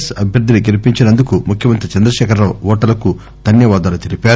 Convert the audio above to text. yes అభ్యర్దిని గెలిపించినందుకు ముఖ్యమంత్రి చంద్రకేఖరరావు ఓటర్లకు ధన్వవాదాలు తెలిపారు